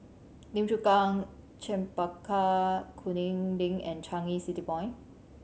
Lim Chu Kang Chempaka Kuning Link and Changi City Point